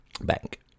Bank